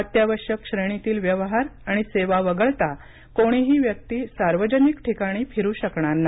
अत्यावश्यक श्रेणीतील व्यवहार आणि सेवा वगळता कोणीही व्यक्ती सार्वजनिक ठिकाणी फिरू शकणार नाही